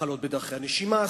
מחלות בדרכי הנשימה,